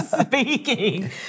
speaking